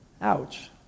Ouch